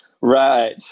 Right